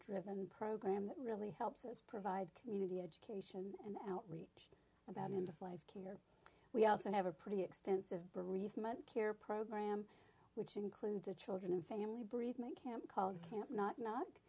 driven program that really helps provide community education and outreach about into life we also have a pretty extensive bereavement care program which include to children and family bereavement camp called camp no